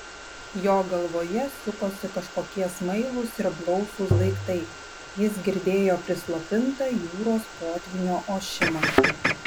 jo galvoje sukosi kažkokie smailūs ir blausūs daiktai jis girdėjo prislopintą jūros potvynio ošimą